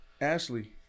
Ashley